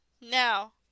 now